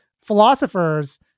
philosophers